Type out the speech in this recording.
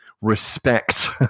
respect